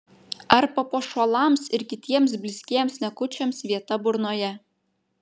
ar papuošalams ir kitiems blizgiems niekučiams vieta burnoje